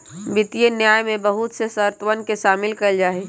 वित्तीय न्याय में बहुत से शर्तवन के शामिल कइल जाहई